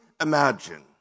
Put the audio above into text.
imagine